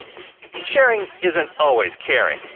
sharing isn't always caring,